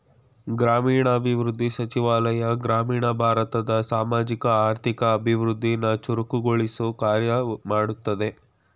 ಗ್ರಾಮೀಣಾಭಿವೃದ್ಧಿ ಸಚಿವಾಲಯ ಗ್ರಾಮೀಣ ಭಾರತದ ಸಾಮಾಜಿಕ ಆರ್ಥಿಕ ಅಭಿವೃದ್ಧಿನ ಚುರುಕುಗೊಳಿಸೊ ಕಾರ್ಯ ಮಾಡ್ತದೆ